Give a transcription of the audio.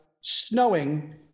snowing